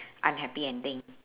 unhappy ending